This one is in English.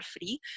free